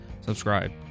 subscribe